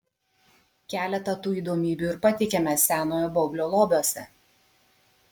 keletą tų įdomybių ir pateikiame senojo baublio lobiuose